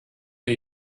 mir